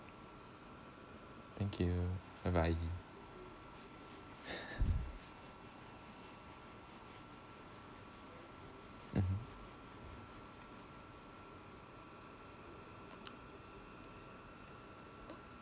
thank you bye bye mmhmm